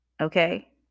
Okay